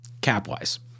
cap-wise